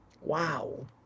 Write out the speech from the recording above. Wow